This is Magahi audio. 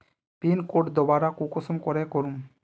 पिन कोड दोबारा कुंसम करे करूम?